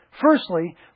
Firstly